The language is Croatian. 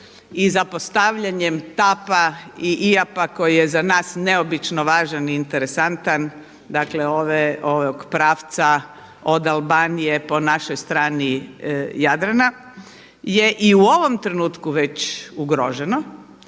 i zapostavljanjem TAP-a i IAP-a koji je za nas neobično važan i interesantan, dakle ovog pravca od Albanije po našoj strani Jadrana je i u ovom trenutku već ugroženo